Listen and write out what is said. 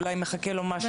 אולי מחכה לו משהו?